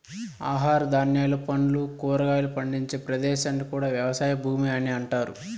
ఆహార ధాన్యాలు, పండ్లు, కూరగాయలు పండించే ప్రదేశాన్ని కూడా వ్యవసాయ భూమి అని అంటారు